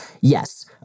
yes